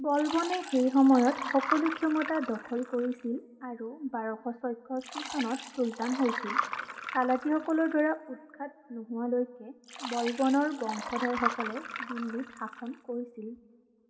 বলবনে সেই সময়ত সকলো ক্ষমতা দখল কৰিছিল আৰু বাৰশ ছয়ষষ্ঠি চনত চুলতান হৈছিল খালাজী সকলৰ দ্বাৰা উৎখাত নোহোৱালৈকে বলবনৰ বংশধৰসকলে দিল্লীত শাখন কৰিছিল